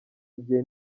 igihe